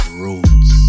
roots